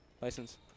license